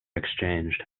exchanged